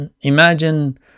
imagine